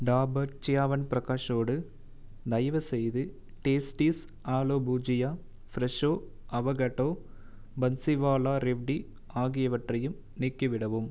டாபர் சியாவன் பிரகாஷோடு தயவுசெய்து Tasties aloo bhujia Fresho avocado Bansiwala revdi ஆகியவற்றையும் நீக்கிவிடவும்